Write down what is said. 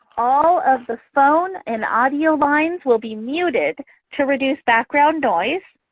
all of the phone and audio lines will be muted to reduce background noise.